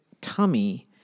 tummy